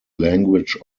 language